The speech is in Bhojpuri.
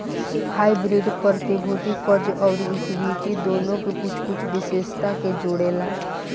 हाइब्रिड प्रतिभूति, कर्ज अउरी इक्विटी दुनो के कुछ कुछ विशेषता के जोड़ेला